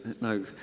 no